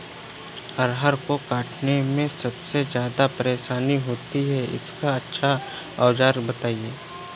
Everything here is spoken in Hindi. अरहर को काटने में सबसे ज्यादा परेशानी होती है इसका अच्छा सा औजार बताएं?